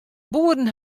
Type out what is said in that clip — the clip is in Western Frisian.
boeren